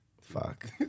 fuck